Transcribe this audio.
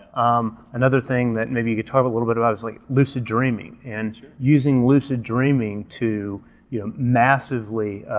um another thing that maybe you could talk a little bit about is like lucid dreaming and using lucid dreaming to you know massively